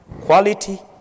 quality